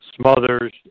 Smothers